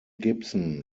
gibson